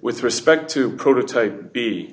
with respect to